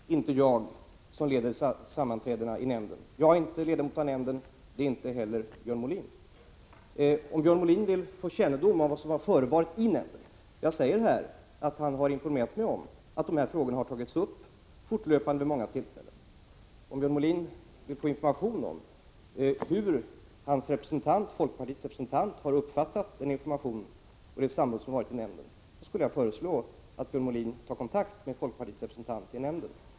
Herr talman! Några sakuppgifter. Det är krigsmaterielinspektören, inte jag, som leder sammanträdena i nämnden. Jag är inte ledamot av nämnden; det är heller inte Björn Molin. Jag säger i svaret att krigsmaterielinspektören har informerat mig om att de här frågorna har tagits upp vid många tillfällen. Om Björn Molin vill få information om hur folkpartiets representant har uppfattat den information som lämnats och det samråd som skett i nämnden skulle jag föreslå att Björn Molin tar kontakt med folkpartiets representant i nämnden.